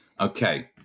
Okay